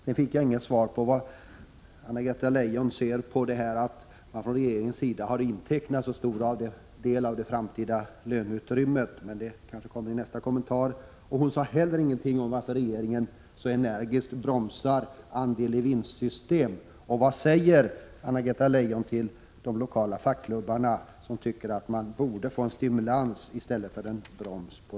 Jag fick inget svar på hur Anna-Greta Leijon ser på att regeringen har intecknat så stor del av det framtida löneutrymmet. Men det kanske kommer i nästa kommentar. Hon sade heller ingenting om varför regeringen så energiskt bromsar andel-i-vinst-system. Vad säger Anna-Greta Leijon till de lokala fackklubbarna som i detta fall tycker att man borde få stimulans i stället för att bromsas?